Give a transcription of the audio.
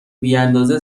بیاندازه